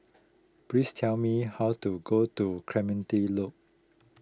please tell me how to get to Clementi Loop